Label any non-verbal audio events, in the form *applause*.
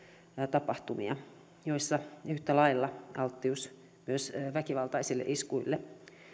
tapahtumia *unintelligible* jalkautumaan kaduille missä yhtä lailla on alttius myös väkivaltaisille iskuille